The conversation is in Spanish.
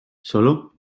solo